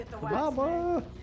Mama